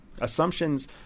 Assumptions